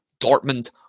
Dortmund